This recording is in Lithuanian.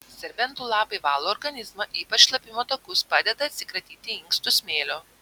serbentų lapai valo organizmą ypač šlapimo takus padeda atsikratyti inkstų smėlio